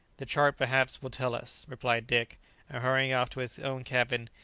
the chart perhaps will tell us, replied dick and hurrying off to his own cabin,